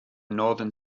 northern